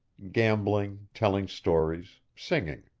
gambling, telling stories, singing.